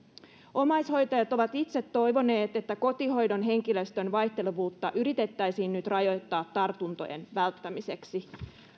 omaishoitajat ovat itse toivoneet että kotihoidon henkilöstön vaihtelevuutta yritettäisiin nyt rajoittaa tartuntojen välttämiseksi